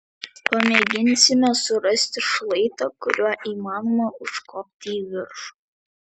pamėginsime surasti šlaitą kuriuo įmanoma užkopti į viršų